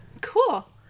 Cool